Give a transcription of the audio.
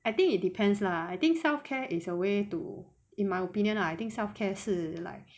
I think it depends lah I think self care is a way to in my opinion lah I think self care 是 like